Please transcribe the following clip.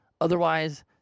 Otherwise